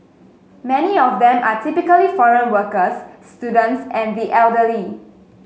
many of them are typically foreign workers students and the elderly